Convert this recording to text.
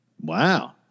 Wow